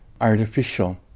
artificial